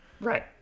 Right